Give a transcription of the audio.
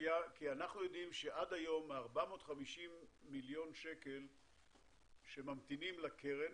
אנחנו יודעים שעד היום מ-450 מיליון שקל שממתינים לקרן